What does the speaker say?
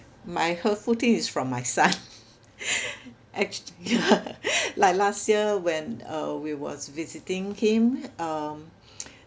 my hurtful thing is from my son actua~ yeah like last year when uh we was visiting him um